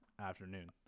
Afternoon